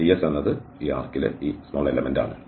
ds എന്നത് ആർക്കിലെ ഈ എലമെന്റ് ആണ്